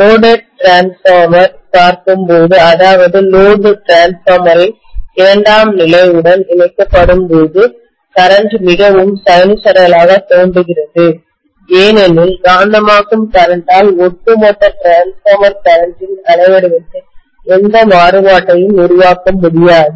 loaded transformer பார்க்கும்போது அதாவது load டிரான்ஸ்பார்மரின் இரண்டாம் நிலை உடன் இணைக்கப்படும்போது கரண்ட் மிகவும் சைனூசாய்டலாகத் தோன்றுகிறது ஏனெனில் காந்தமாக்கும் கரண்ட் ஆல் ஒட்டுமொத்த ட்ரான்ஸ்ஃபார்மர் கரண்ட் இன் அலைவடிவத்தில் எந்த மாறுபாட்டையும் உருவாக்க முடியாது